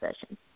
session